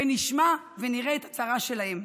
פן נשמע ונראה את הצרה שלהם?